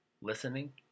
Listening